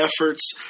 efforts